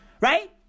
right